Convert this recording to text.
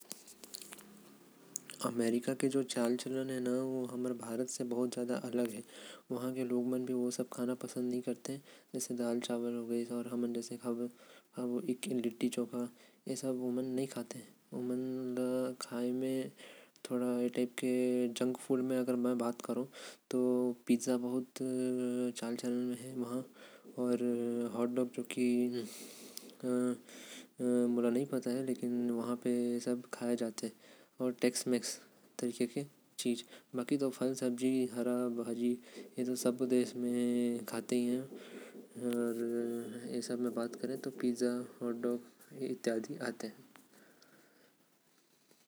अमेरिकी मन हमन से अलग खाना खाथे। ओमन के खाना हमन से अलग रहेल। ओमन के खाना में ज्यादातर आएल। पिज़्ज़ा हॉटडॉग अउ तलल समान आएल।